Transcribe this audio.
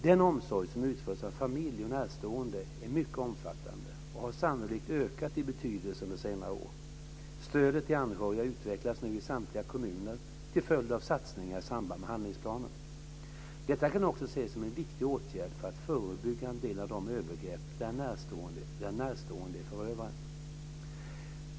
Den omsorg som utförs av familj och närstående är mycket omfattande och har sannolikt ökat i betydelse under senare år. Stödet till anhöriga utvecklas nu i samtliga kommuner, till följd av satsningar i samband med handlingsplanen. Detta kan också ses som en viktig åtgärd för att förebygga en del av de övergrepp där en närstående är förövaren.